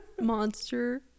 monster